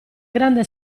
grande